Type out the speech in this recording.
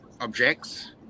objects